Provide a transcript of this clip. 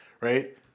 right